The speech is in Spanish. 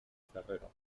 ferrero